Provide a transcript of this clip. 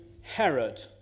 Herod